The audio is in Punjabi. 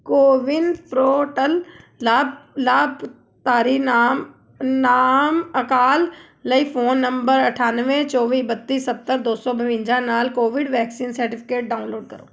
ਕੋਵਿਨ ਪਰੋਟਲ ਲਾਭ ਲਾਭਪਾਤਰੀ ਨਾਮ ਨਾਮ ਅਕਾਲ ਲਈ ਫ਼ੋਨ ਨੰਬਰ ਅਠਾਨਵੇਂ ਚੌਵੀ ਬੱਤੀ ਸੱਤਰ ਦੋ ਸੌ ਬਵੰਜਾ ਨਾਲ ਕੋਵਿਡ ਵੈਕਸੀਨ ਸਰਟੀਫਿਕੇਟ ਡਾਊਨਲੋਡ ਕਰੋ